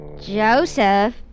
Joseph